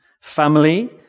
family